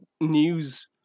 news